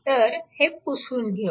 तर हे पुसून घेऊ